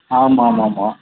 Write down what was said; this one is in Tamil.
ஆமாம் ஆமாம் ஆமாம்